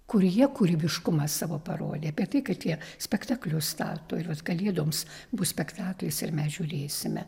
kur jie kūrybiškumą savo parodė apie tai kad jie spektaklius stato ir kalėdoms bus spektaklis ir mes žiūrėsime